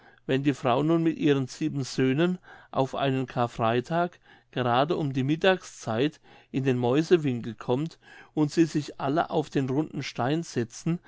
wenn die frau nun mit ihren sieben söhnen auf einen charfreitag gerade um die mittagszeit in den mäusewinkel kommt und sie sich alle auf den runden stein setzen